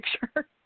picture